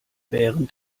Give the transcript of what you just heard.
während